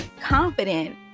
confident